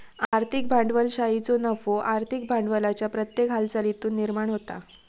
आर्थिक भांडवलशाहीचो नफो आर्थिक भांडवलाच्या प्रत्येक हालचालीतुन निर्माण होता